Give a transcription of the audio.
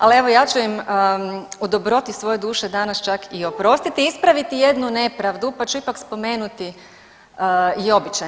Ali evo ja ću im o dobroti svoje duše danas čak i oprostiti, ispraviti jednu nepravdu pa ću ipak spomenuti i običaj.